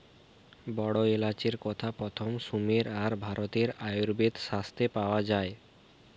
বড় এলাচের কথা প্রথম সুমের আর ভারতের আয়ুর্বেদ শাস্ত্রে পাওয়া যায়